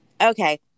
okay